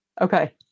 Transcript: Okay